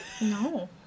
No